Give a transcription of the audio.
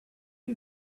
you